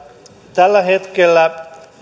tällä hetkellä